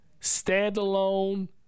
standalone